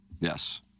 Yes